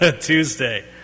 Tuesday